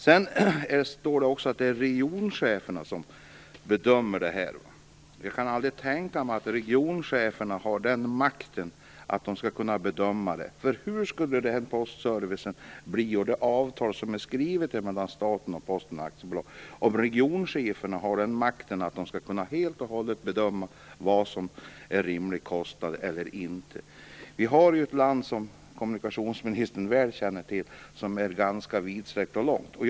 Det står att det är regioncheferna som bedömer detta. Jag kan aldrig tänka mig att regioncheferna har makt att göra den bedömningen. Hur skulle postservicen bli, och hur skulle det bli med avtalet mellan staten och Posten AB om regioncheferna hade makten att helt och hållet bedöma vad som är rimlig kostnad och vad som inte är det? Vi har, som kommunikationsministern väl känner till, ett ganska vidsträckt och avlångt land.